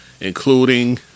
including